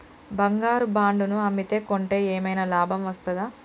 బంగారు బాండు ను అమ్మితే కొంటే ఏమైనా లాభం వస్తదా?